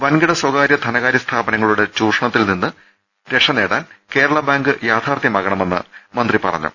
വൻകിട സ്ഥകാര്യ ധനകാരൃസ്ഥാപനങ്ങളുടെ ചൂഷണങ്ങളിൽ നിന്ന് രക്ഷപ്പെടാൻ കേരള ബാങ്ക് യാഥാർത്ഥ്യമാകണമെന്ന് മന്ത്രി പറഞ്ഞു